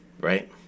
Right